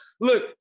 look